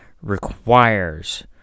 requires